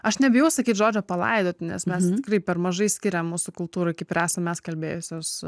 aš nebijau sakyt žodžio palaidot nes mes tikrai per mažai skiriam mūsų kultūroj kaip ir esam mes kalbėjusios